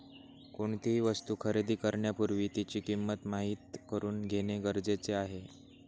कोणतीही वस्तू खरेदी करण्यापूर्वी तिची किंमत माहित करून घेणे गरजेचे आहे